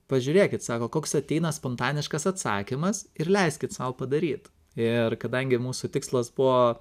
pažiūrėkit sako koks ateina spontaniškas atsakymas ir leiskit sau padaryt ir kadangi mūsų tikslas buvo